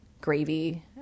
gravy